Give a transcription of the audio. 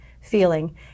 feeling